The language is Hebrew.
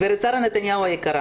"גברת שרה נתניהו היקרה,